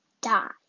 die